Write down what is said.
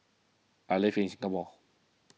I live in Singapore